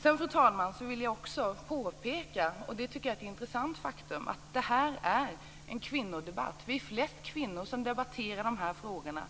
Fru talman! Jag vill också påpeka, och det tycker jag är ett intressant faktum, att detta är en kvinnodebatt. Vi är flest kvinnor som debatterar de här frågorna.